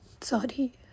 Sorry